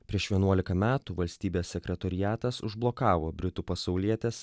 prieš vienuolika metų valstybės sekretoriatas užblokavo britų pasaulietės